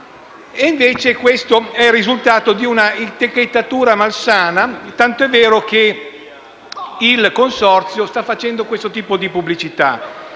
Questo è il risultato di una etichettatura malsana, tanto è vero che il Consorzio sta facendo questo tipo di pubblicità.